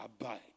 abide